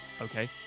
okay